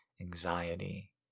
anxiety